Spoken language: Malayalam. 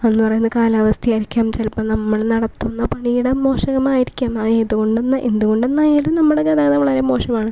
എന്ന് പറയുമ്പോൾ കാലാവസ്ഥയായിരിക്കാം ചിലപ്പം നമ്മള് നടത്തുന്ന പണിയുടെ മോശമായിരിക്കാം ആയതുകൊണ്ടും എന്ത് കൊണ്ടുതന്നെ ആയാലും നമ്മുടെ ഗതാഗതം വളരെ മോശമാണ്